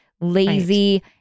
lazy